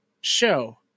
show